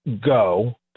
go